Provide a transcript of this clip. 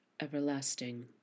everlasting